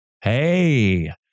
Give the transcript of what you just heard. Hey